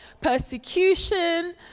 persecution